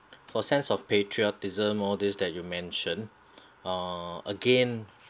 for sense of patriotism all these that you mention uh again